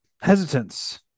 hesitance